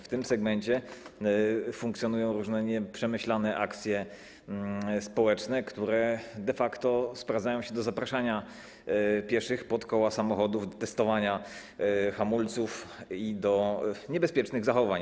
W tym segmencie funkcjonują różne nieprzemyślane akcje społeczne, które de facto sprowadzają się do zapraszania pieszych pod koła samochodów, testowania hamulców i do niebezpiecznych zachowań.